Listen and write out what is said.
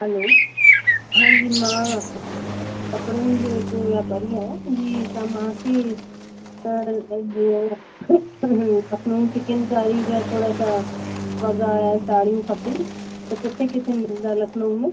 hello हांजी मां कपिड़नि जी हिकु वापारी आहियां मुंहिंजी त मूंखे त जीअं लखनऊ चिकनकारी जा थोरा सां वॻा ऐं साढ़ियूं खपनि त किथे किथे मिलंदा लखनऊ में